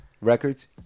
Records